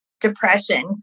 depression